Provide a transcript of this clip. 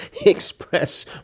express